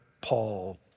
Paul